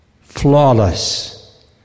flawless